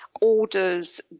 orders